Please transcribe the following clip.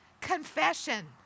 Confession